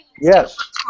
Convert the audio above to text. Yes